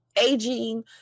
aging